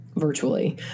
virtually